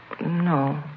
No